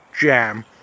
jam